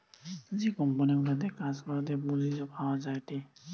যে কোম্পানি গুলাতে কাজ করাতে পুঁজি পাওয়া যায়টে